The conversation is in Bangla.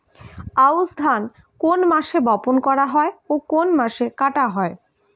আউস ধান কোন মাসে বপন করা হয় ও কোন মাসে কাটা হয়?